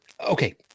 okay